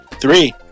Three